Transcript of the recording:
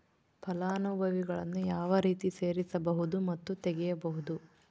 ಫಲಾನುಭವಿಗಳನ್ನು ಯಾವ ರೇತಿ ಸೇರಿಸಬಹುದು ಮತ್ತು ತೆಗೆಯಬಹುದು?